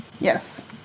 Yes